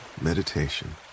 Meditation